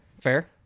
Fair